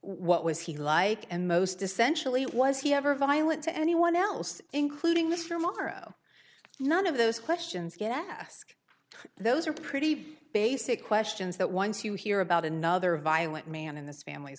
what was he like and most essentially was he ever violent to anyone else including mr morrow none of those questions get asked those are pretty basic questions that once you hear about another violent man in this family